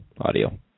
audio